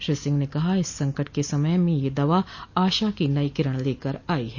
श्री सिंह ने कहा कि संकट के समय में यह दवा आशा की नई किरण लेकर आई है